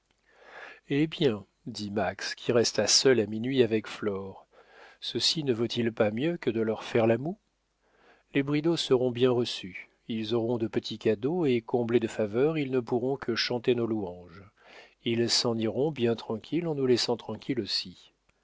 hé bien dit max qui resta seul à minuit avec flore ceci ne vaut-il pas mieux que de leur faire la moue les bridau seront bien reçus ils auront de petits cadeaux et comblés de faveurs ils ne pourront que chanter nos louanges ils s'en iront bien tranquilles en nous laissant tranquilles aussi